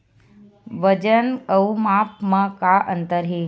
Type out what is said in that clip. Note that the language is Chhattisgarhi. वजन अउ माप म का अंतर हे?